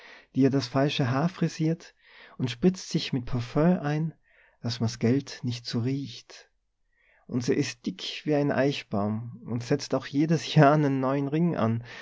die ihr das falsche haar frisiert und spritzt sich mit parfüm ein daß merr's geld nicht so riecht und se is dick wie ein eichbaum und setzt auch jedes jahr n neuen ring an